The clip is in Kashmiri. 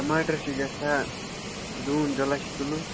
ٹماٹَر چھِ گَژھان دوٗن زٕ لچھ کِلوٗ